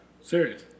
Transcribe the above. Serious